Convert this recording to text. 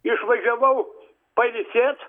išvažiavau pailsėt